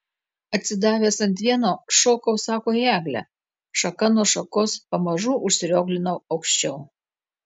atsidavęs ant vieno šokau sako į eglę šaka nuo šakos pamažu užsirioglinau aukščiau